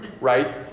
Right